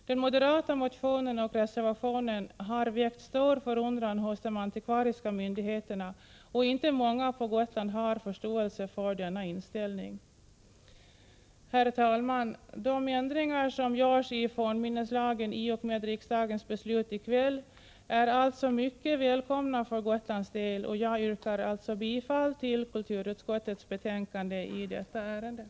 Den moderata motionen och reservationen har väckt stor förundran hos de antikvariska myndigheterna, och inte många på Gotland har förståelse för den moderata inställningen. Herr talman! De ändringar som görs i fornminneslagen i och med riksdagens beslut i kväll är alltså mycket välkomna för Gotlands del. Jag yrkar bifall till kulturutskottets hemställan i betänkandet.